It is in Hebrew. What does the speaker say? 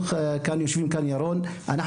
יושב כאן ירון ממשרד החינוך,